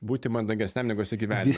būti mandagesniam negu esi gyvenime